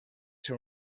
són